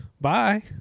bye